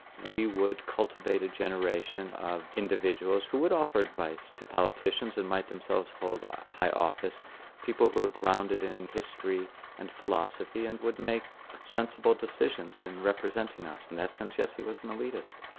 we would cultivate a generation of individuals who would offer advice to politicians, and might themselves hold a high office people who were grounded in history and philosophy and would make sensible decisions in representing us, in and that sense yes, he was an elitist.